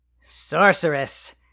Sorceress